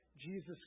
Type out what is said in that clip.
Jesus